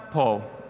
paul,